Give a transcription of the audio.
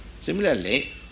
Similarly